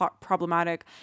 problematic